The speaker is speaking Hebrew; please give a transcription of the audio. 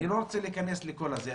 אני לא רוצה להיכנס לכל זה,